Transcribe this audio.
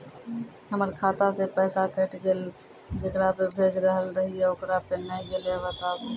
हमर खाता से पैसा कैट गेल जेकरा पे भेज रहल रहियै ओकरा पे नैय गेलै बताबू?